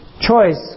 choice